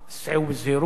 סעו בזהירות,